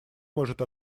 может